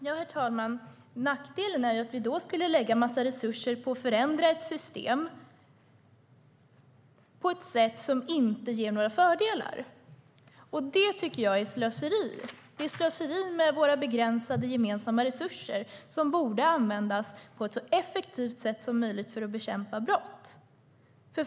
Herr talman! Nackdelen är att vi då skulle lägga en massa resurser på att förändra ett system på ett sätt som inte ger några fördelar. Det tycker jag är slöseri. Det är slöseri med våra begränsade, gemensamma resurser som borde användas på ett så effektivt sätt som möjligt för att bekämpa brott.